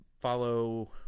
follow